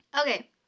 Okay